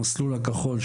המסלול הכחול,